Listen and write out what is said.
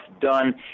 done